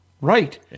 Right